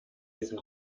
diesen